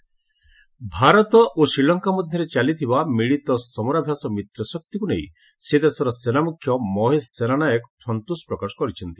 Sri Lanka army Bharat ଓ ଶ୍ରୀଲଙ୍କା ମଧ୍ୟରେ ଚାଲିଥିବା ମିଳିତ ସମରାଭ୍ୟାସ ମିତ୍ରଶକ୍ତିକୁ ନେଇ ସେ ଦେଶର ସେନାମୁଖ୍ୟ ମହେଶ ସେନାନାୟକ ସନ୍ତୋଷ ପ୍ରକଟ କରିଛନ୍ତି